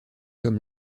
comme